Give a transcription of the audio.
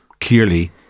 clearly